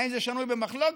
האם זה שנוי במחלוקת?